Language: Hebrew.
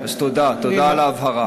אז תודה, תודה על ההבהרה.